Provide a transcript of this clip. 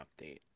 update